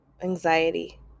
anxiety